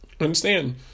Understand